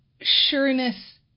sureness